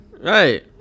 Right